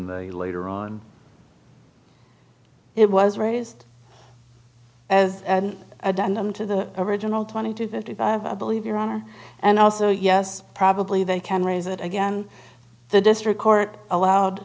you later on it was raised as a denim to the original twenty to thirty five believe your honor and also yes probably they can raise it again the district court allowed